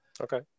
Okay